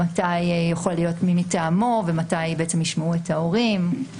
מתי יכול להיות מי מטעמו ומתי ישמעו את ההורים.